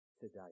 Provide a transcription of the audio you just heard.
today